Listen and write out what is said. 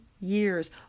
years